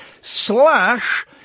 slash